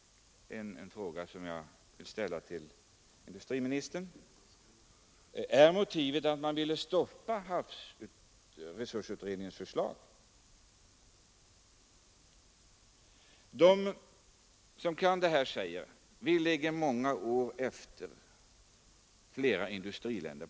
Jag vill fråga industriministern: Vilket är motivet? Ville man stoppa havsresursutredningens förslag? De som kan detta område säger att vi ligger många år efter flera industriländer.